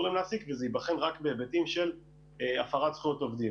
להם להעסיק וזה ייבחן רק בהיבטים של הפרת זכויות עובדים.